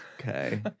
Okay